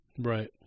Right